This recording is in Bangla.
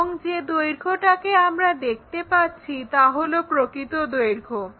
এবং যে দৈর্ঘ্যটাকে আমরা দেখতে পাচ্ছি তা হলো প্রকৃত দৈর্ঘ্য